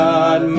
God